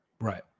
right